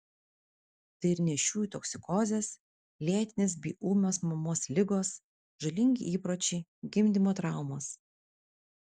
tai ir nėščiųjų toksikozės lėtinės bei ūmios mamos ligos žalingi įpročiai gimdymo traumos